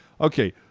okay